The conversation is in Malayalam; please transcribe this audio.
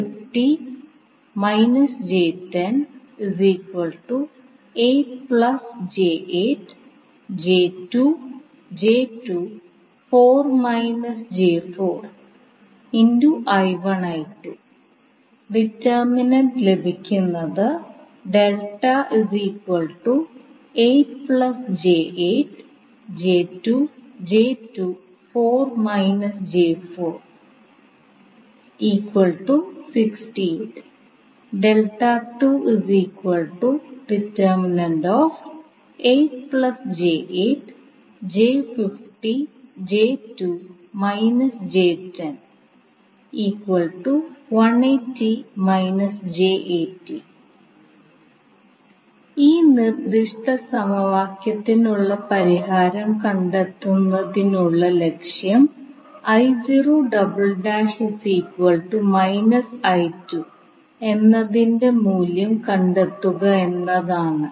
ഡിറ്റർമനൻറ്റ് ലഭിക്കുന്നത് ഈ നിർദ്ദിഷ്ട സമവാക്യത്തിനുള്ള പരിഹാരം കണ്ടെത്തുന്നതിനുള്ള ലക്ഷ്യം എന്നതിൻറെ മൂല്യം കണ്ടെത്തുക എന്നതാണ്